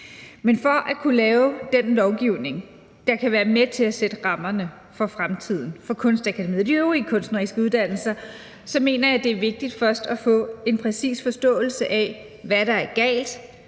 Men for at kunne lave den lovgivning, der kan være med til at sætte rammerne for fremtiden for Kunstakademiet og de øvrige kunstneriske uddannelser, mener jeg, det er vigtigt først at få en præcis forståelse af, hvad der er galt,